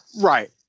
Right